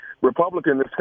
Republican